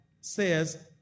says